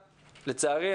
לצערי,